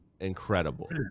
incredible